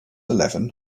eleven